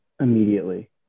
immediately